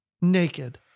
Naked